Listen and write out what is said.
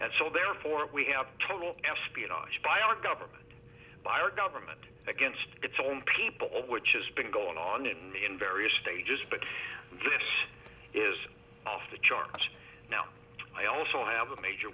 and so therefore we have total espionage by our government by our government against its own people or which has been going on in various stages but this is of the charge now i also have a major